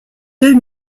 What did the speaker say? deux